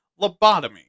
lobotomy